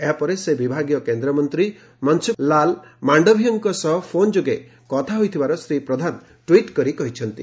ଏହା ପରେ ସେ ବିଭାଗୀୟ କେନ୍ଦ୍ରମନ୍ତୀ ମନସୁଖଲାଲ ମାଣ୍ଡଭିୟଙ୍କ ସହ ଫୋନ ଯୋଗେ କଥା ହୋଇଥିବା ଶ୍ରୀ ପ୍ରଧାନ ଟ୍ୱିଟ୍ କରି କହିଛନ୍ତି